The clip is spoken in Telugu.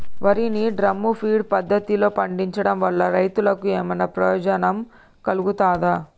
వరి ని డ్రమ్ము ఫీడ్ పద్ధతిలో పండించడం వల్ల రైతులకు ఏమన్నా ప్రయోజనం కలుగుతదా?